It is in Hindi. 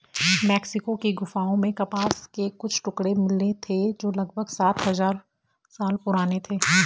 मेक्सिको की गुफाओं में कपास के कुछ टुकड़े मिले थे जो लगभग सात हजार साल पुराने थे